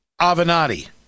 Avenatti